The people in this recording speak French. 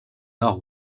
nord